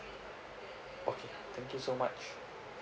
okay thank you so much